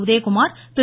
Udhayakumar Thiru